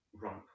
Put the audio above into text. rump